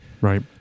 right